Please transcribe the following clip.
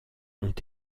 ont